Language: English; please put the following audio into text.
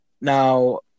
Now –